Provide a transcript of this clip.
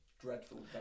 dreadful